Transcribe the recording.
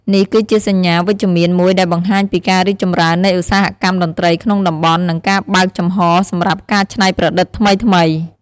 នេះគឺជាសញ្ញាណវិជ្ជមានមួយដែលបង្ហាញពីការរីកចម្រើននៃឧស្សាហកម្មតន្ត្រីក្នុងតំបន់ និងការបើកចំហរសម្រាប់ការច្នៃប្រឌិតថ្មីៗ។